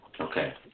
Okay